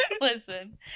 Listen